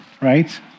right